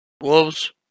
wolves